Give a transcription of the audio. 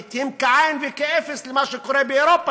הן כאין וכאפס לעומת מה שקורה באירופה,